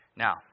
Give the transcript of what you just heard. Now